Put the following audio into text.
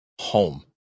home